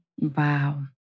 Wow